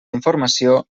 informació